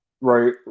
right